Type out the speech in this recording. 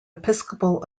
episcopal